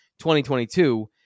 2022